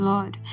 Lord